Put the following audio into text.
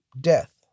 death